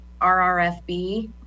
RRFB